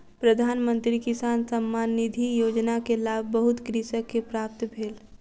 प्रधान मंत्री किसान सम्मान निधि योजना के लाभ बहुत कृषक के प्राप्त भेल